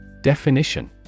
Definition